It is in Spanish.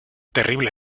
terrible